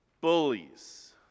bullies